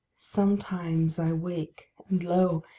sometimes i wake, and, lo!